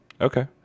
Okay